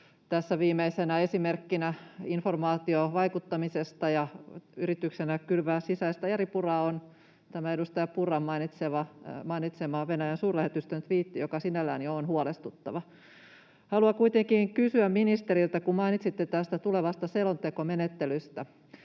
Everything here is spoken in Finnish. Tässä viimeisenä esimerkkinä informaatiovaikuttamisesta ja yrityksenä kylvää sisäistä eripuraa on tämä edustaja Purran mainitsema Venäjän suurlähetystön tviitti, joka sinällään jo on huolestuttava. Haluan kuitenkin kysyä ministeriltä, kun mainitsitte tästä tulevasta selontekomenettelystä: